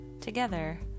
together